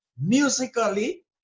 musically